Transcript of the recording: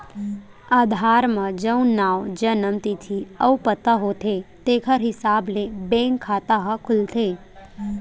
आधार म जउन नांव, जनम तिथि अउ पता होथे तेखर हिसाब ले बेंक खाता ह खुलथे